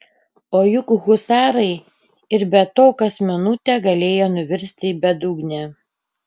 o juk husarai ir be to kas minutė galėjo nuvirsti į bedugnę